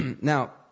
Now